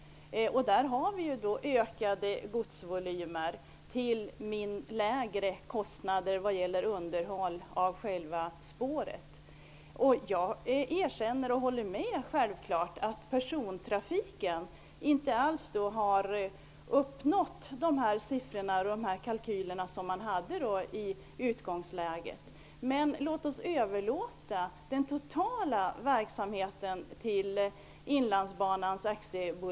Vi har ökade godsvolymer till lägre kostnader vad gäller underhåll av själva spåret. Jag håller självfallet med om att man vad gäller persontrafiken inte alls har uppnått de siffror som man kalkylerade med i utgångsläget. Men låt oss överlåta den totala verksamheten till Inlandsbanan AB!